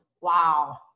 Wow